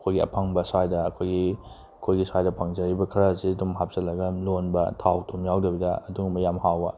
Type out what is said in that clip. ꯑꯩꯈꯣꯏꯒꯤ ꯑꯐꯪꯕ ꯁ꯭ꯋꯥꯏꯗ ꯑꯩꯈꯣꯏꯒꯤ ꯑꯩꯈꯣꯏꯒꯤ ꯁ꯭ꯋꯥꯏꯗ ꯐꯪꯖꯔꯤꯕ ꯈꯔꯁꯤ ꯑꯗꯨꯝ ꯍꯥꯞꯆꯤꯜꯂꯒ ꯗꯨꯝ ꯂꯣꯟꯕ ꯊꯥꯎ ꯊꯨꯝ ꯌꯥꯎꯗꯕꯤꯗ ꯑꯗꯨꯒꯨꯝꯕ ꯌꯥꯝ ꯍꯥꯎꯕ